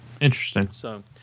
Interesting